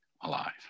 alive